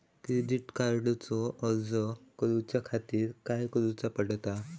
Credit कार्डचो अर्ज करुच्या खातीर काय करूचा पडता?